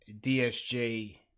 DSJ